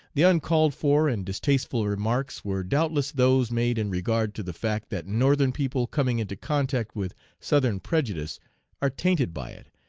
the uncalled for and distasteful remarks were doubtless those made in regard to the fact that northern people coming into contact with southern prejudice are tainted by it,